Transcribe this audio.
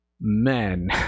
men